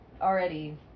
already